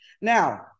Now